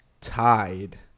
tied